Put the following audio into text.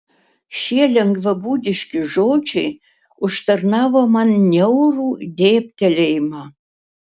šie lengvabūdiški žodžiai užtarnavo man niaurų dėbtelėjimą